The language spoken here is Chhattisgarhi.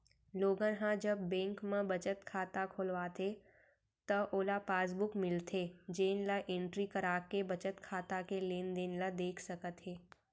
लोगन ह जब बेंक म बचत खाता खोलवाथे त ओला पासबुक मिलथे जेन ल एंटरी कराके बचत खाता के लेनदेन ल देख सकत हे